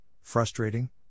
frustrating